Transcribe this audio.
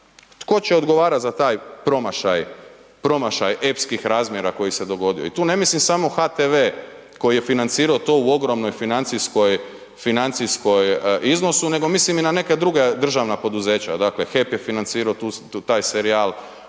Tko će odgovarat za taj promašaj epskih razmjera koji se dogodio? I tu ne mislim samo HTV koji je financirao te u ogromnom financijskom iznosu, nego mislim i na neka druga državna poduzeća, dakle HEP je financirao taj serijal,